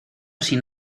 sin